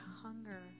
hunger